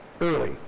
early